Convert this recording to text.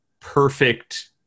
perfect